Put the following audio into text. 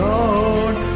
Alone